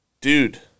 Dude